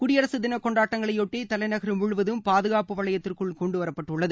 குடியரசு தினக் கொண்டாட்டங்களையொட்டி தலைநகர் முழுவதும் பாதுகாப்பு வளையத்திற்குள் கொண்டு வரப்பட்டிருக்கிறது